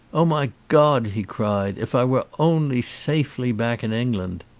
oh, my god, he cried, if i were only safely back in england.